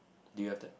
do you have that